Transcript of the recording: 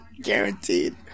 Guaranteed